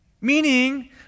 meaning